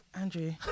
Andrew